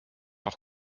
auch